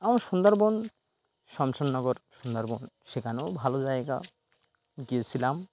আমার সুন্দরবন শমশেরনগর সুন্দরবন শেখানেও ভালো জায়গা গিয়েছিলাম